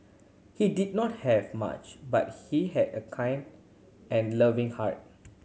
he did not have much but he had a kind and loving heart